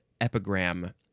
epigram